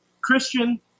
Christian